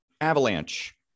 avalanche